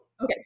Okay